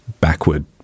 backward